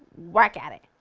whack at it!